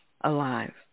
alive